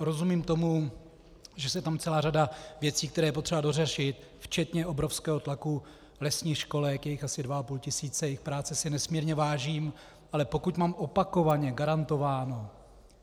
Rozumím tomu, že je tam celá řada věcí, které je potřeba dořešit, včetně obrovského tlaku lesních školek, je jich asi dva a půl tisíce, jejich práce si nesmírně vážím, ale pokud mám opakovaně garantováno,